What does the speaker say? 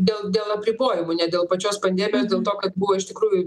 dėl dėl apribojimų ne dėl pačios pandemijos dėl to kad buvo iš tikrųjų